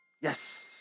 Yes